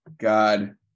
God